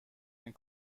این